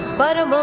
but